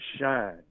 shine